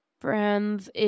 friends